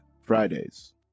fridays